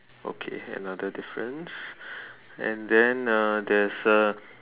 okay here another difference and then uh there's a